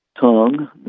tongue